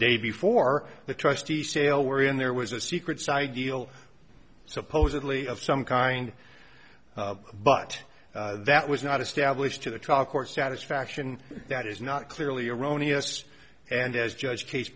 day before the trustee sale were in there was a secret so i deal supposedly of some kind but that was not established to the trial court satisfaction that is not clearly erroneous and as judge ca